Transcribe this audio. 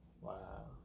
Wow